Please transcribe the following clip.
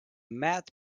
mat